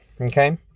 Okay